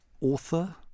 author